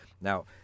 Now